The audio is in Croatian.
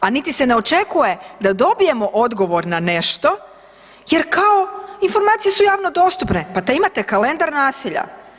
A niti se ne očekuje da dobijemo odgovor na nešto jer kao, informacije su javne dostupne, pa imate kalendar nasilja.